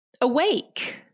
awake